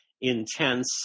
intense